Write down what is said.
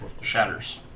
Shatters